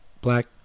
Black